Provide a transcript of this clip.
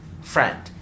friend